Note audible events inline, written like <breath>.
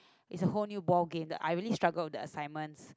<breath> is a whole new ball game I really struggled with the assignments